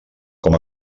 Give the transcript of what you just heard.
com